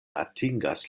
atingas